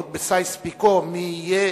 עוד בסייקס-פיקו, מי יהיה